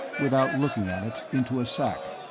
without looking at it, into a sack.